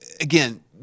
again